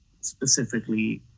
specifically